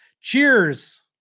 Cheers